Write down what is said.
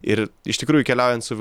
ir iš tikrųjų keliaujant su